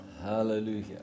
Hallelujah